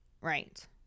right